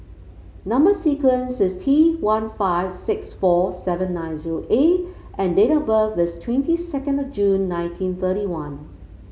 number sequence is T one five six four seven nine zero A and date of birth is twenty second of June nineteen thirty one